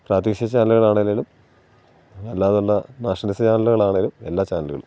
പ്രാദേശിക ചാനലുകളാണെങ്കിലും അല്ലാതല്ല നാഷലൈസ്ഡ് ചാനലുകളാണെങ്കിലും എല്ലാ ചാനലുകളും